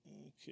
Okay